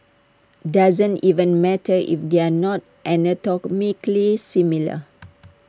doesn't even matter if they're not anatomically similar